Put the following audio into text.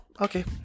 okay